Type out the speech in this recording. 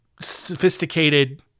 sophisticated